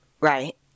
right